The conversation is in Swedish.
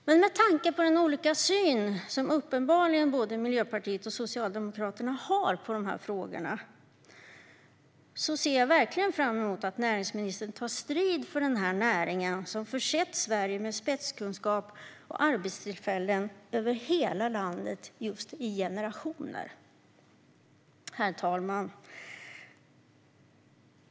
Med tanke på den olika syn som Miljöpartiet och Socialdemokraterna uppenbarligen har på dessa frågor ser jag verkligen fram emot att näringsministern tar strid för denna näring, som har försett Sverige med spetskunskap och arbetstillfällen över hela landet, i generationer. Herr talman!